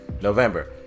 November